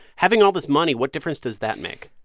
having all this money what difference does that make?